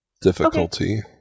difficulty